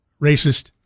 racist